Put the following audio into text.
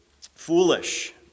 foolish